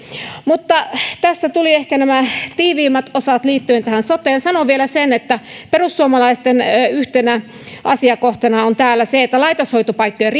mutta tässä tulivat ehkä tiiveimmät osat liittyen soteen sanon vielä sen että perussuomalaisten yhtenä asiakohtana on täällä se että laitoshoitopaikkojen